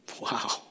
Wow